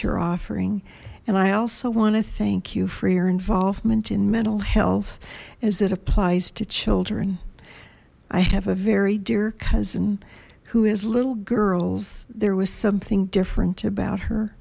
your offer and i also want to thank you for your involvement in mental health as it applies to children i have a very dear cousin who has little girls there was something different about her